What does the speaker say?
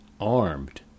armed